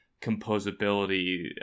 composability